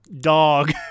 dog